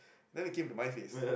then it came to my face